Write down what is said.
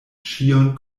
ĉion